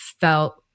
felt